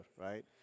right